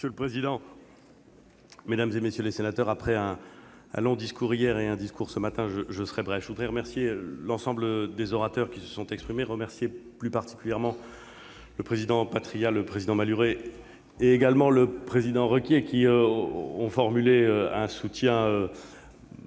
Monsieur le président, mesdames, messieurs les sénateurs, après un long discours hier et un nouveau discours devant vous ce matin, je serai bref. Je veux remercier l'ensemble des orateurs qui se sont exprimés à cette tribune, plus particulièrement le président Patriat, le président Malhuret et le président Requier, qui ont formulé le soutien